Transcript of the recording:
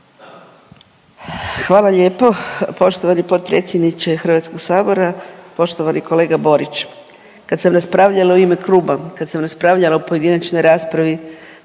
Hvala lijepo. Poštovani potpredsjedniče Hrvatskog sabora, poštovani kolega Borić. Kad sam raspravljala u ime kluba, kad sam raspravljala u pojedinačnoj raspravi